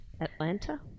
Atlanta